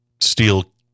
steel